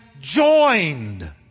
joined